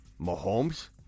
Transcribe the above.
Mahomes